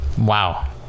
Wow